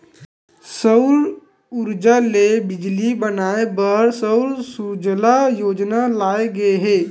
सउर उरजा ले बिजली बनाए बर सउर सूजला योजना लाए गे हे